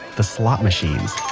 the slot machines